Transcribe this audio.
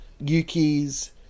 Yuki's